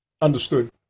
Understood